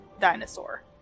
dinosaur